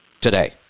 today